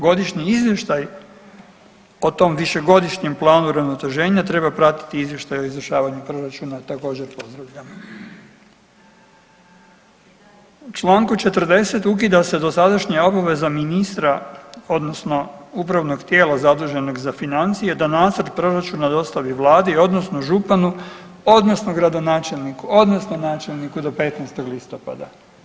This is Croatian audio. Godišnji izvještaj o tome višegodišnjem planu uravnoteženja treba pratiti izvještaj o izvršavanju proračuna, također … U čl. 40. ukida se dosadašnja obveza ministra odnosno upravnog tijela zaduženog za financije da nacrt proračuna dostavi Vladi odnosno županu odnosno gradonačelniku odnosno načelniku do 15. listopada.